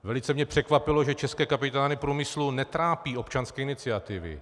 Velice mě překvapilo, že české kapitány průmyslu netrápí občanské iniciativy.